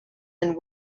and